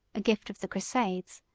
a gift of the crusades,